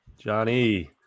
Johnny